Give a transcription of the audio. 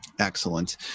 Excellent